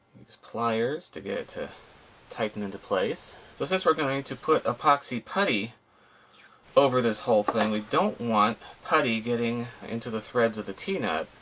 use pliers to get it to tighten into place. so since we're going to put epoxy putty over this whole thing, we don't want putty getting into the threads of the t-nut.